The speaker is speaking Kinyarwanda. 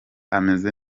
ameze